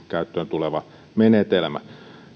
käyttöön tuleva menetelmä